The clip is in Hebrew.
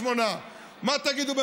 מה תגידו בשדרות?